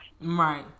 right